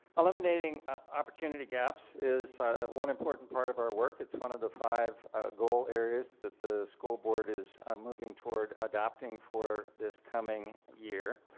eliminating opportunity gaps is one important part of our work. its one of the five goal areas the school board is um moving toward adopting for this coming year.